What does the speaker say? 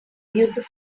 beautiful